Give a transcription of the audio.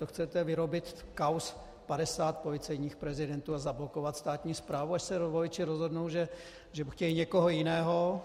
To chcete vyrobit kauz 50 policejních prezidentů a zablokovat státní správu, až se voliči rozhodnou, že chtějí někoho jiného?